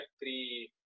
three